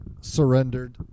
surrendered